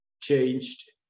changed